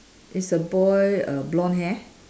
is the boy err blonde hair